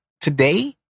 Today